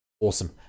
Awesome